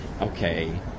okay